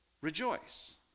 Rejoice